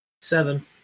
Seven